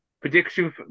Prediction